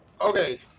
Okay